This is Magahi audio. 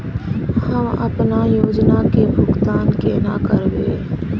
हम अपना योजना के भुगतान केना करबे?